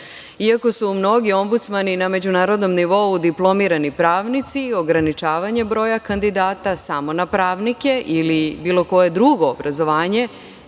Iako su mnogi ombudsmani na međunarodnom nivou diplomirani pravnici, ograničavanje broja kandidata samo na pravnike ili bilo koje drugo obrazovanje